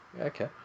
Okay